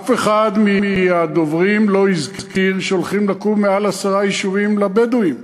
אף אחד מהדוברים לא הזכיר שהולכים לקום יותר מעשרה יישובים לבדואים.